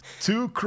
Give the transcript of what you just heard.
Two